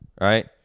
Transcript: Right